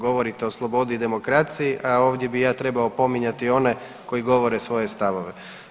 Govorite o slobodi i demokraciji, a ovdje bih ja trebao opominjati one koji govore svoje stavove.